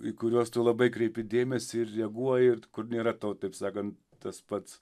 į kuriuos tu labai kreipi dėmesį ir reaguoji kur nėra tau taip sakant tas pats